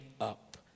up